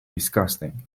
disgusting